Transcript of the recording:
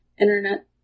internet